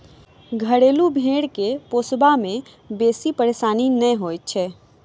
घरेलू भेंड़ के पोसबा मे बेसी परेशानी नै होइत छै